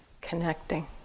connecting